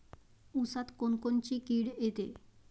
ऊसात कोनकोनची किड येते?